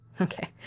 Okay